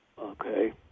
Okay